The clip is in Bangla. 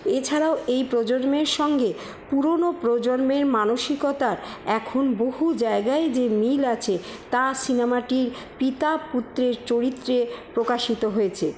এছাড়াও এই প্রজন্মের সঙ্গে পুরোনো প্রজন্মের মানসিকতার এখন বহু জায়গায় যে মিল আছে তা সিনেমাটির পিতা পুত্রের চরিত্রে প্রকাশিত হয়েছে